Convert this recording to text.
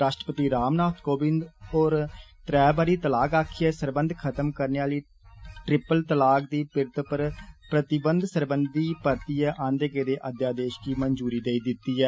राष्ट्रपति रामनाथ कोविन्द होरें त्रै बारी तलाक आक्खियै सरबंध खत्म करने आहली ट्रिपल तलाक दी पिरत पर प्रतिबंध सरबंधी परतियै आहन्दे गेदे अध्यादेष गी मंजूरी देई दिती ऐ